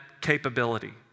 capability